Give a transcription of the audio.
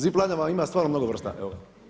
Zip line vam ima stvarno mnogo vrsta, evo.